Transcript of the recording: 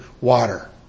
water